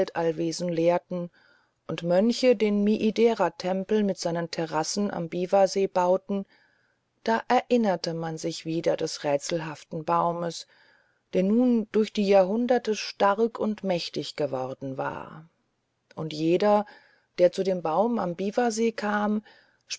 lehrten und mönche den miideratempel mit seinen terrassen am biwasee bauten da erinnerte man sich wieder des rätselhaften baumes der nun durch die jahrhunderte stark und mächtig geworden war und jeder der zu dem baum am biwasee kam